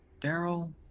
Daryl